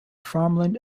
farmland